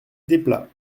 desplats